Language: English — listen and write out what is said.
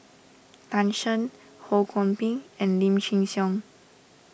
Tan Shen Ho Kwon Ping and Lim Chin Siong